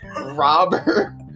robber